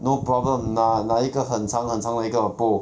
no problem 拿拿一个很长很长的一个 pole